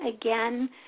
Again